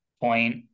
point